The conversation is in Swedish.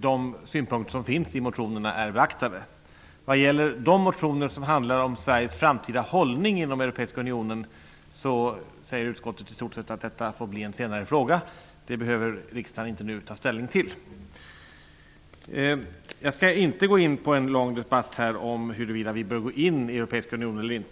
de synpunkter som finns i motionerna är beaktade. Vad gäller de motioner som handlar om Sveriges framtida hållning inom Europeiska unionen säger utskottet i stort sett att detta får bli en senare fråga. Det behöver riksdagen inte ta ställning till nu. Jag skall inte gå in i en lång debatt om vi bör gå in i Europeiska unionen eller inte.